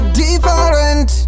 different